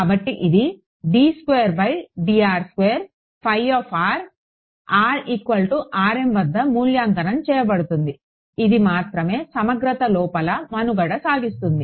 కాబట్టి ఇది వద్ద మూల్యాంకనం చేయబడుతుంది ఇది మాత్రమే సమగ్రత లోపల మనుగడ సాగిస్తుంది